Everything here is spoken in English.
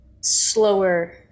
slower